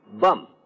Bum